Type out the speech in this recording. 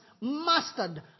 mastered